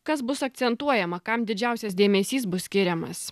kas bus akcentuojama kam didžiausias dėmesys bus skiriamas